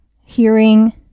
hearing